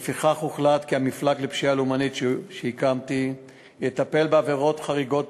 לפיכך הוחלט כי המפלג לפשיעה לאומנית שהקמתי יטפל בעבירות חריגות